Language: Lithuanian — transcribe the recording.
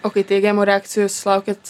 o kai teigiamų reakcijų sulaukiat